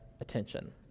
attention